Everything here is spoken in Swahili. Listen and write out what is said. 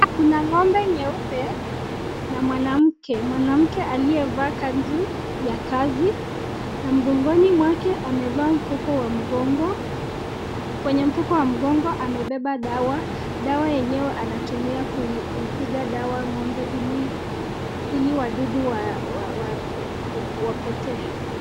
Kuna ng'ombe nyeupe na mwanamke, mwanamke aliyevaa kanzu ya kazi na mgongoni mwake amevaa mfuko wa mgongo. Kwenye mfuko wa mgongo amebeba dawa, dawa yenyewe anatumia kupiga dawa ng'ombe ili wadudu wapotee.